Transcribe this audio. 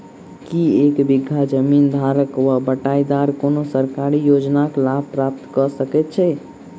की एक बीघा जमीन धारक वा बटाईदार कोनों सरकारी योजनाक लाभ प्राप्त कऽ सकैत छैक?